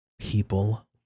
people